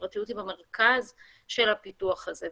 והפרטיות היא במרכז של הפיתוח הזה,